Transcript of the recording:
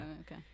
Okay